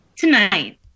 Tonight